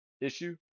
issue